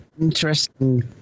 interesting